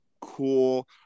cool